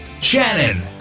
Shannon